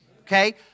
Okay